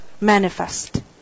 manifest